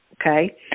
Okay